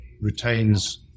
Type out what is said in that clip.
retains